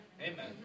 Amen